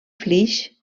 flix